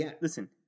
listen